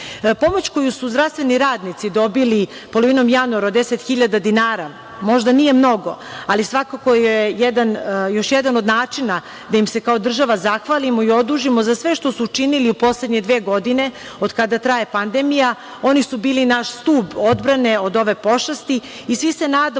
Pomoć koju su zdravstveni radnici dobili polovinom januara, deset hiljada dinara, možda nije mnogo, ali je svakako još jedan od načina da im se kao država zahvalimo i odužimo za sve što su učinili u poslednje dve godine od kada traje pandemija. Oni su bili naš stub odbrane od ove pošasti i svi se nadamo